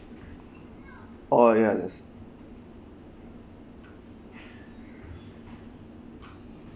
oh ya that's